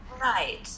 right